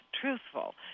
truthful